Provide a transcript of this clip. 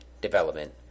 development